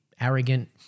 arrogant